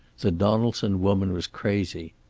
the donaldson woman was crazy.